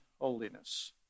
holiness